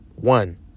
One